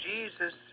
Jesus